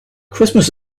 christmas